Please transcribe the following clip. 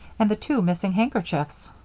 and the two missing handkerchiefs.